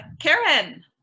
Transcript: Karen